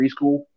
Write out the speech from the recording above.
preschool